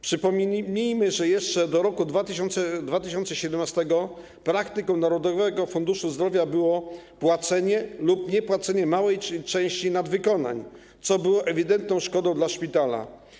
Przypomnijmy, że jeszcze do roku 2017 praktyką Narodowego Funduszu Zdrowia było płacenie lub niepłacenie małej części nadwykonań, co było ewidentną szkodą dla szpitala.